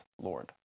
Lord